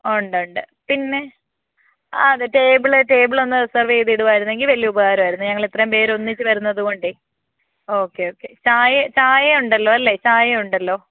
ഉണ്ടുണ്ട് പിന്നെ അതെ ടേബിൾ ടേബിൾ ഒന്ന് റിസർവ് ചെയ്ത് ഇടുവായിരുന്നെങ്കിൽ വലിയ ഉപകാരമായിരുന്നു ഞങ്ങൾ ഇത്രയും പേർ ഒന്നിച്ച് വരുന്നത് കൊണ്ടേ ഓക്കെ ഓക്കെ ചായ ചായ ഉണ്ടല്ലോ അല്ലേ ചായ ഉണ്ടല്ലോ